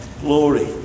Glory